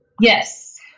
Yes